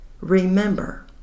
Remember